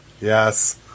yes